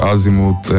Azimut